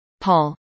Paul